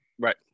right